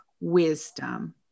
wisdom